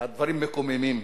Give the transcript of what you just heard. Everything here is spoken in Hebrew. הדברים מקוממים.